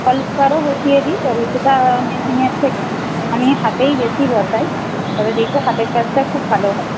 false পাড়ও বসিয়ে দিই তবে সেটা মেশিনের থেকে আমি হাতেই বেশি বসাই তবে দেখবে হাতের কাজটা খুব ভালো হয়